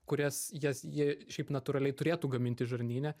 kurias jas jie šiaip natūraliai turėtų gamintis žarnyne